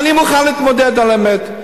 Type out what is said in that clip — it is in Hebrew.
אני מוכן להתמודד על האמת.